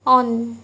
on